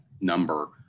number